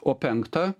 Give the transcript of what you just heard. o penktą